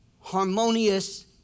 harmonious